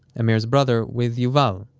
amir's brother, with yuval,